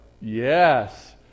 Yes